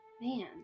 Man